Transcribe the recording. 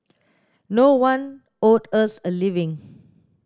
no one owed us a living